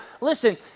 listen